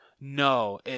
No